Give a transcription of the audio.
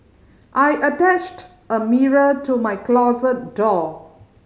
I attached a mirror to my closet door